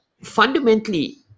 fundamentally